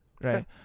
Right